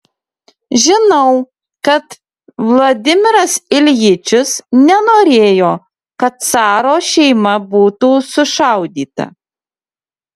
žinau kad vladimiras iljičius nenorėjo kad caro šeima būtų sušaudyta